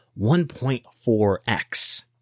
1.4X